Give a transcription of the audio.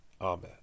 Amen